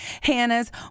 Hannah's